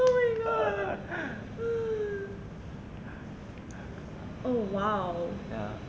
oh !wow!